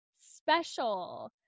special